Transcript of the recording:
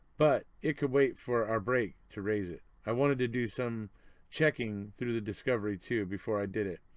but it could wait for our break to raise it. i wanted to do some checking through the discovery too before i did it.